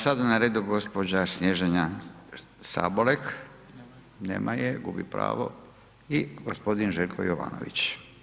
Sada je na redu gospođa Snježana Sabolek, nema je, gubi pravo i gospodin Željko Jovanović.